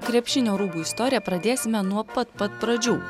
krepšinio rūbų istoriją pradėsime nuo pat pat pradžių